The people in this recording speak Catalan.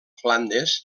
flandes